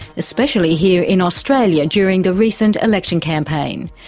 especially here in australia, during the recent election campaign.